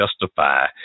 justify